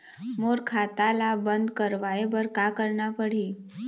मोर खाता ला बंद करवाए बर का करना पड़ही?